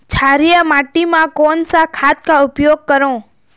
क्षारीय माटी मा कोन सा खाद का उपयोग करों?